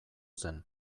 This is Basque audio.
zen